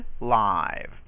live